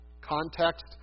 context